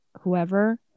whoever